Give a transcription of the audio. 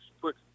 put